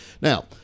Now